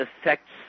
affects